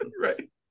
right